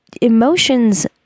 emotions